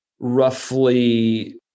Roughly